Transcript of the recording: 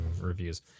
Reviews